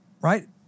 right